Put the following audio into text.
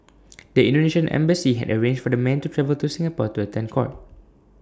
the Indonesian embassy had arranged for the man to travel to Singapore to attend court